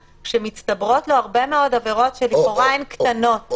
כשמצטברות לו הרבה מאוד עבירות שלכאורה הן קטנות,